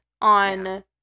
on